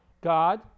God